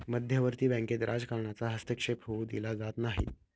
मध्यवर्ती बँकेत राजकारणाचा हस्तक्षेप होऊ दिला जात नाही